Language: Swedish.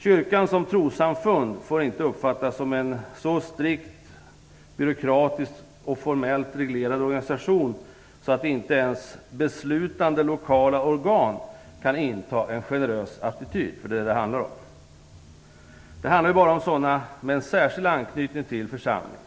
Kyrkan som trossamfund får inte uppfattas som en så strikt byråkratiskt och formellt reglerad organisation att inte ens beslutande lokala organ kan inta en generös attityd. Det handlar ju endast om personer med en särskild anknytning till församlingen.